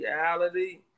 reality